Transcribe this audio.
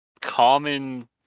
common